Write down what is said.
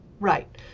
Right